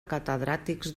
catedràtics